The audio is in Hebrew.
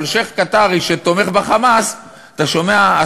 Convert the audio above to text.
אבל שיח' קטארי שתומך ב"חמאס" אתה שומע,